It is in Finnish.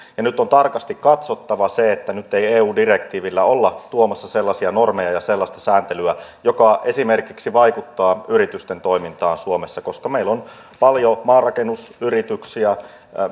ja nyt on tarkasti katsottava se että nyt ei eu direktiivillä olla tuomassa sellaisia normeja ja sellaista sääntelyä joka esimerkiksi vaikuttaa yritysten toimintaan suomessa koska meillä on paljon maanrakennusyrityksiä